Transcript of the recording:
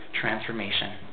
transformation